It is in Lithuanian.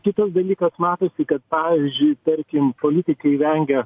kitas dalykas matosi kad pavyzdžiui tarkim politikai vengia